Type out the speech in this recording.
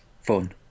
fun